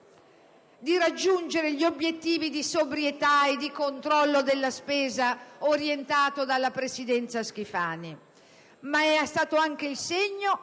Grazie,